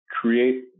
create